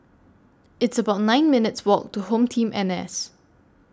It's about nine minutes' Walk to HomeTeam N S